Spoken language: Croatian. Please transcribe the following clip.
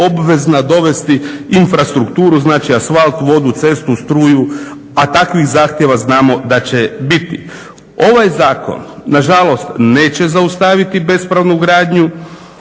obvezna dovesti infrastrukturu, znači asfalt, vodu, cestu, struju, a takvih zahtjeva znamo da će biti. Ovaj zakon nažalost neće zaustaviti bespravnu gradnju.